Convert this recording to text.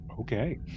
Okay